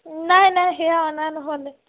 নাই নাই সেয়া অনা নহ'লে